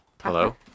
Hello